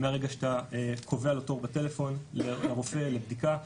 מהרגע שאתה קובע להם תור בטלפון לרופא לבדיקה,